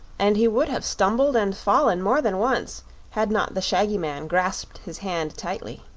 and he would have stumbled and fallen more than once had not the shaggy man grasped his hand tightly.